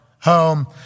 home